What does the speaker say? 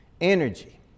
energy